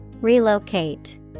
Relocate